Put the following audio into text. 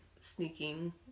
sneaking